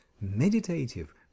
meditative